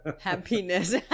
Happiness